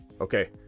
Okay